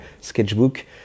Sketchbook